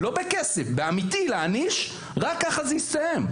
לא בכסף אלא אמיתי להעניש, רק ככה זה יסתיים.